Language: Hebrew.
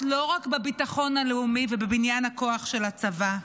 לא רק בביטחון הלאומי ובבניין הכוח של הצבא,